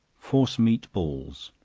force meat balls.